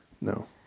no